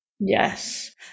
Yes